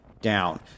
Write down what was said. down